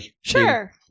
Sure